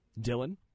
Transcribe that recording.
Dylan